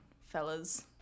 fellas